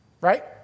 Right